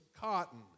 Cotton